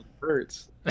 hurts